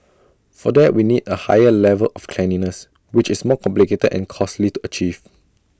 for that we need A higher level of cleanliness which is more complicated and costly to achieve